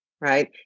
right